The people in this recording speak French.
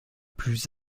plus